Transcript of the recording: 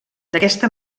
d’aquesta